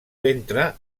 ventre